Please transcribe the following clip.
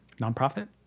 nonprofit